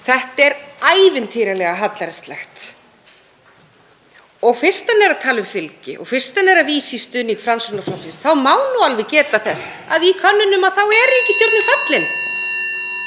Þetta er ævintýralega hallærislegt. Og fyrst hann er að tala um fylgi og fyrst hann er að vísa í stuðning Framsóknarflokksins þá má nú alveg geta þess að í könnunum er ríkisstjórnin fallin.